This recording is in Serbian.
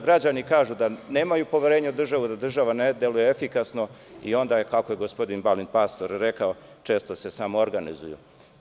Građani kažu da nemaju poverenja u državu, da država ne deluje efikasno i onda, kako je gospodin Balint Pastor rekao, često se samoorganizuju.